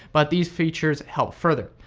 but these features help further.